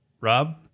Rob